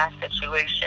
situation